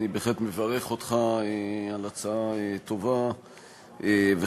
אני בהחלט מברך אותך על הצעה טובה וחשובה,